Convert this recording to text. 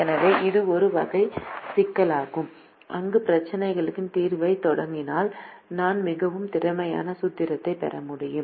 எனவே இது ஒரு வகை சிக்கலாகும் அங்கு பிரச்சினைக்கான தீர்வைத் தொடங்கினால் நான் மிகவும் திறமையான சூத்திரத்தைப் பெற முடியும்